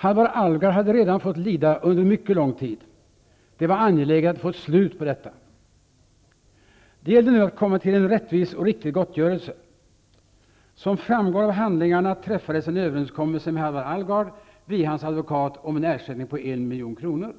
Halvar Alvgard hade redan fått lida under en mycket lång tid. Det var angeläget att få ett slut på detta. Det gällde nu att komma till en rättvis och riktig gottgörelse. Som framgår av handlingarna träffades en överenskommelse med Halvar Alvgard via hans advokat om en ersättning på 1 milj.kr.